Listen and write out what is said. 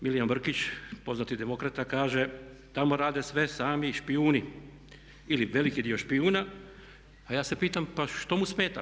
Milijan Brkić, poznati demokrata kaže: „Tamo rade sve sami špijuni ili veliki dio špijuna.“ A ja se pitam pa što mu smeta?